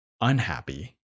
unhappy